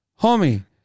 homie